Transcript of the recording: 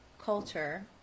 culture –